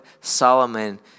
Solomon